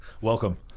Welcome